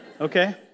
Okay